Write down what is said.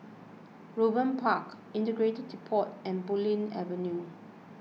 Raeburn Park Integrated Depot and Bulim Avenue